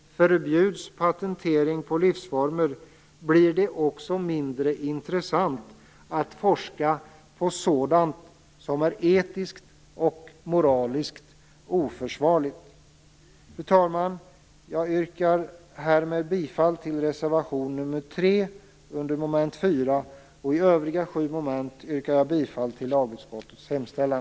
Förbjuds patentering av livsformer blir det också mindre intressant att forska på sådant som är etiskt och moraliskt oförsvarligt. Fru talman! Jag yrkar härmed bifall till reservation nr 3 under moment 4, och i övriga sju moment yrkar jag bifall till lagutskottets hemställan.